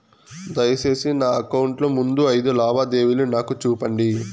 దయసేసి నా అకౌంట్ లో ముందు అయిదు లావాదేవీలు నాకు చూపండి